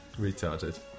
retarded